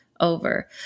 over